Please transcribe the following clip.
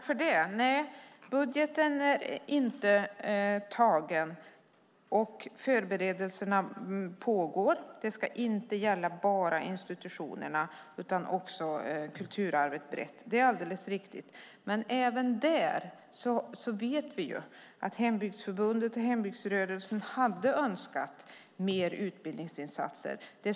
Fru talman! Budgeten är inte antagen, och förberedelserna pågår. Den ska gälla inte bara institutionerna utan också kulturarvet i ett brett perspektiv. Det är alldeles riktigt. Även där vet vi att Hembygdsförbundet och hembygdsrörelsen hade önskat mer utbildningsinsatser.